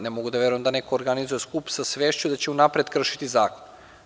Ne mogu da verujem da neko organizuje skup sa svešću da će unapred kršiti zakon.